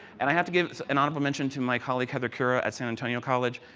and i have to give an honorable mention to my colleague, heather cura, at san antonio college.